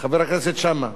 חבר הכנסת שאמה.